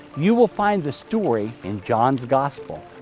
you will find the story in john's gospel.